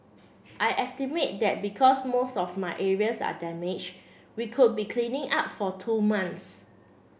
I estimate that because most of my areas are damaged we could be cleaning up for two months